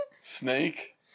snake